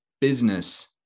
business